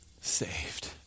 saved